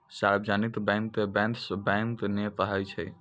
सार्जवनिक bank के bankers bank नै कहै छै